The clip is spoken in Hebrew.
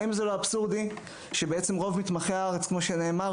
האם זה לא אבסורד שרוב מתמחי הארץ, כמו שנאמר